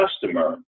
customer